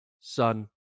son